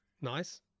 Nice